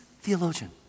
theologian